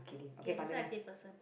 ya that's why i say person